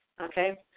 okay